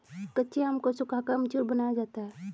कच्चे आम को सुखाकर अमचूर बनाया जाता है